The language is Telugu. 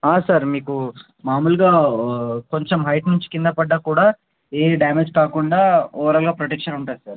సార్ మీకు మామూలుగా కొంచెం హైట్ నుంచి కింద పడ్డాను కూడా ఏ డ్యామేజ్ కాకుండా ఓవర్ఆల్గా ప్రొటక్షన్ ఉంటుంది సార్